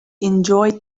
enjoyed